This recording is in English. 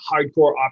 hardcore